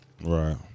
Right